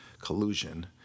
collusion